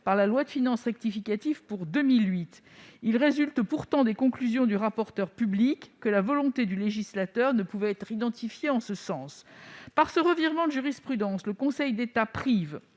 par la loi de finances rectificative pour 2008. Il résulte pourtant des conclusions du rapporteur public que la volonté du législateur ne pouvait être identifiée en ce sens. Par ce revirement de jurisprudence, le Conseil d'État prive